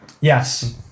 Yes